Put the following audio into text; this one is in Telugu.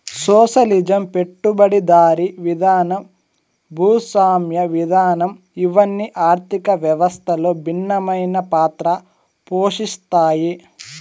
సోషలిజం పెట్టుబడిదారీ విధానం భూస్వామ్య విధానం ఇవన్ని ఆర్థిక వ్యవస్థలో భిన్నమైన పాత్ర పోషిత్తాయి